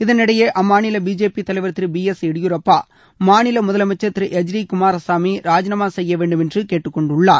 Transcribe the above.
இதனிடையே அம்மாநில பிஜேபி தலைவர் திரு பி எஸ் எடியூரப்பா மாநில முதலமைச்சர் திரு எச் டி குமாரசாமி ராஜினாமா செய்ய வேண்டும் என்று கேட்டுக்கொண்டுள்ளார்